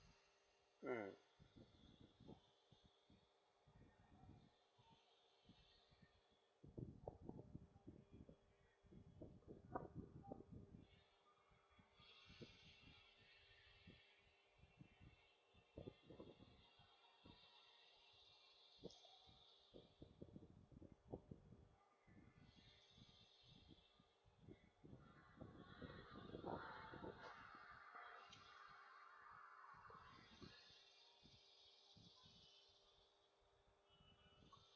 mm